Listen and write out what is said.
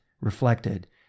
reflected